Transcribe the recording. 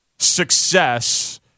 success